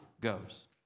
goes